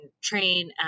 train